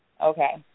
Okay